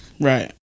Right